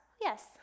yes